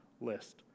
list